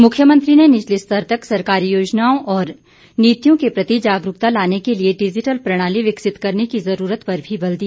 मुख्यमंत्री जयराम ठाक्र ने निचले स्तर तक सरकारी योजनाओं और नीतियों के प्रति जागरूकता लाने के लिए डिजिटल प्रणाली विकसित करने की जरूरत पर बल दिया